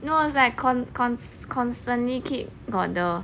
no it's like con~ con~ constantly keep got the